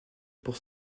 pour